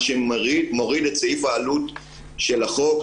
מה שמוריד את סעיף העלות של החוק.